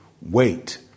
wait